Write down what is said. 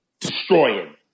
Destroying